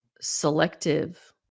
selective